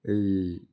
এই